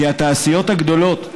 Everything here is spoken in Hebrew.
כי התעשיות הגדולות,